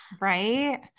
Right